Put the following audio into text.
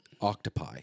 octopi